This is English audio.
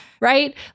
right